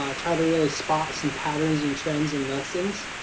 um try to really spot some patterns and trends and lessons.